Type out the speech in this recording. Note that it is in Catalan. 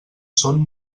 són